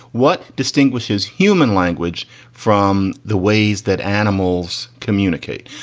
what distinguishes human language from the ways that animals communicate?